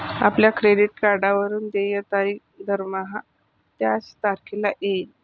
आपल्या क्रेडिट कार्डवरून देय तारीख दरमहा त्याच तारखेला येईल